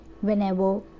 whenever